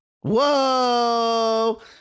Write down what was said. whoa